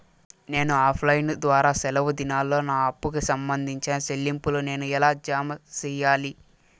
నేను offline ద్వారా సెలవు దినాల్లో నా అప్పుకి సంబంధించిన చెల్లింపులు నేను ఎలా జామ సెయ్యాలి?